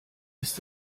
ist